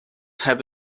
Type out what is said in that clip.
have